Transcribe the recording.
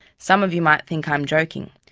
some of you might think i am joking.